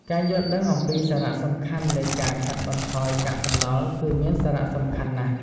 ការយល់ដឹងអំពីសារៈសំខាន់នៃការកាត់បន្ថយកាកសំណល់គឺមានសារៈសំខាន់ណាស់។